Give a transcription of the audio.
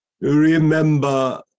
Remember